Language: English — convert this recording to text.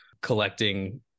collecting